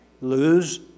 lose